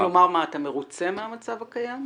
כלומר, אתה מרוצה מהמצב הקיים?